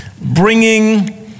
bringing